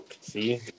See